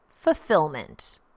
fulfillment